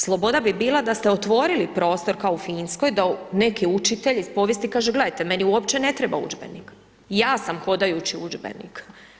Sloboda bi bila da ste otvorili prostor kao u Finskoj, da neke učitelje iz povijesti, kaže gledajte, meni uopće ne treba udžbenik, ja sam hodajući udžbenik.